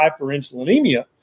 hyperinsulinemia